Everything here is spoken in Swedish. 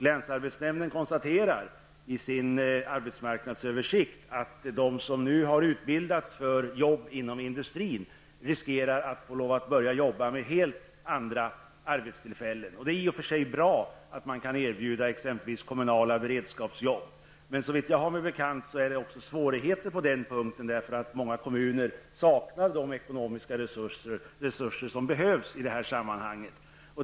Länsarbetsnämnden konstaterar i sin arbetsmarknadssöversikt att de som nu har utbildats för jobb inom industrin riskerar att få börja arbeta med helt andra jobb. Det är i och för sig bra att de kan erbjudas t.ex. kommunala beredskapsjobb. Men såvitt jag har mig bekant är det också svårigheter på den punkten, eftersom många kommuner saknar de ekonomiska resurser som behövs i detta sammanhang.